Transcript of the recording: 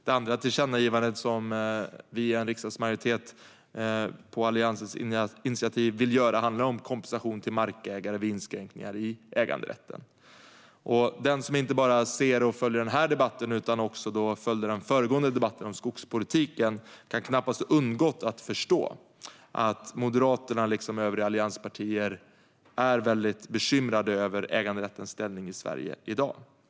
Det andra tillkännagivandet som en riksdagsmajoritet på Alliansens initiativ vill göra handlar om kompensation till markägare vid inskränkningar i äganderätten. Den som inte bara ser och följer denna debatt utan som också följde den föregående debatten om skogspolitiken kan knappast ha undgått att förstå att Moderaterna liksom övriga allianspartier är väldigt bekymrade över äganderättens ställning i Sverige i dag.